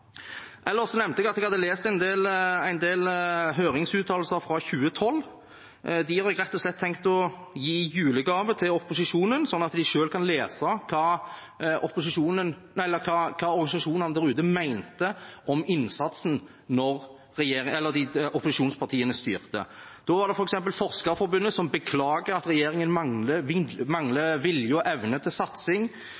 nevnte jeg at jeg hadde lest en del høringsuttalelser fra 2012. De har jeg rett og slett tenkt å gi i julegave til opposisjonen, sånn at de selv kan lese hva organisasjonene der ute mente om innsatsen da opposisjonspartiene styrte. Forskerforbundet beklaget at regjeringen manglet vilje og evne til satsing, LO var skuffet over at 11 måneders studiestøtte manglet, Akademikerne sa at